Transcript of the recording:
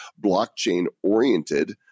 blockchain-oriented